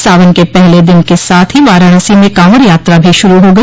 सावन के पहले दिन के साथ ही वाराणसी में कांवड़ यात्रा भी शुरू हो गई